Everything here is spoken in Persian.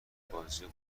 بازی